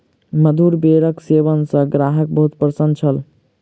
मधुर बेरक सेवन सॅ ग्राहक बहुत प्रसन्न छल